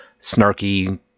snarky